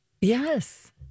Yes